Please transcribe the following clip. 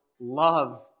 Love